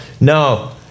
no